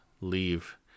leave